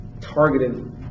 targeted